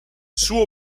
suo